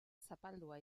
zapaldua